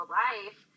life